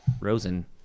Rosen